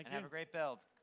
and a great build.